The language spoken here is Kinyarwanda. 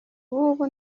bubu